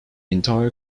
entire